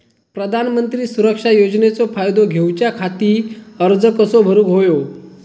प्रधानमंत्री सुरक्षा योजनेचो फायदो घेऊच्या खाती अर्ज कसो भरुक होयो?